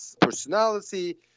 personality